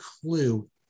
clue